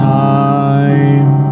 time